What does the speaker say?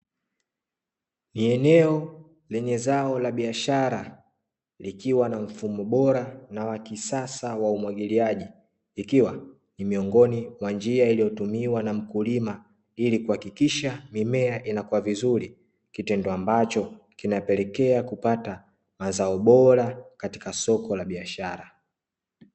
Ni eneo lenye zao la biashara likiwa na mfumo bora na wa kisasa wa umwagiliaji, ikiwa ni miongoni mwa njia iliyotumiwa na mkulima ili kuhakikisha mimea inakua vizuri. Kitendo ambacho kinapelekea kupata mazao bora katika soko la biashara.